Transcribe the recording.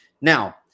Now